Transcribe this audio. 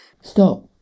Stop